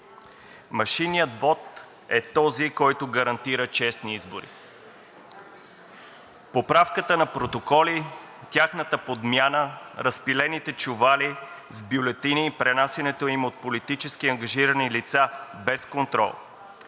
Машинният вот е този, който гарантира честни избори. Поправката на протоколи, тяхната подмяна, разпилените чували с бюлетини и пренасянето им от политически ангажирани лица без контрол,